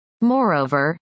Moreover